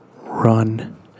Run